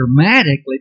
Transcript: dramatically